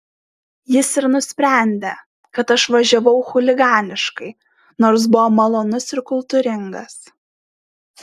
jis ir nusprendė kad aš važiavau chuliganiškai nors buvo malonus ir kultūringas